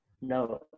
no